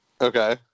Okay